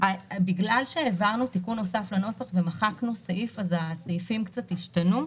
בגלל שהעברנו תיקון נוסף לנוסח ומחקנו סעיף אז מספרי הסעיפים קצת השתנו.